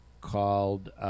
called